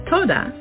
Toda